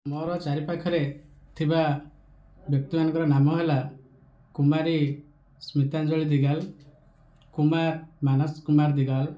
ମୋର ଚାରିପାଖରେ ଥିବା ବ୍ୟକ୍ତିମାନଙ୍କର ନାମ ହେଲା କୁମାରୀ ସ୍ମିତାଞ୍ଜଳୀ ଦିଗାଲ କୁମାର ମାନସ କୁମାର ଦିଗାଲ